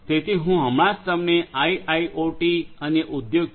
તેથી હું હમણાં જ તમને આઇઆઇઓટી અને ઉદ્યોગ 4